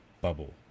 bubble